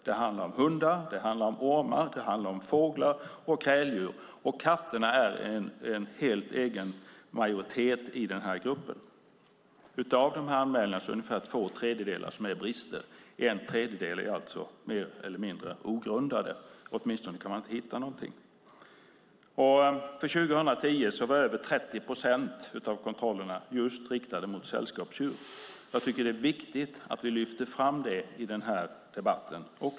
Det handlar om katter, hundar, ormar, fåglar och kräldjur, och katterna har helt egen majoritet i den gruppen. Av anmälningarna gäller ungefär två tredjedelar brister, medan en tredjedel av anmälningarna är mer eller mindre ogrundade - åtminstone kan man inte hitta något. För 2010 var över 30 procent av kontrollerna riktade mot just sällskapsdjur. Jag tycker att det är viktigt att lyfta fram det i debatten.